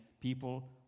people